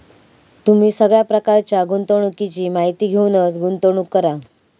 तुम्ही सगळ्या प्रकारच्या गुंतवणुकीची माहिती घेऊनच गुंतवणूक करा